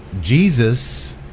Jesus